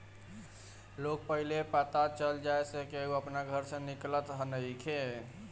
लोग के पहिले पता चल जाए से केहू अपना घर से निकलत नइखे